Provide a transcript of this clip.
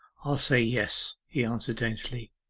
i'll say yes, he answered daintily.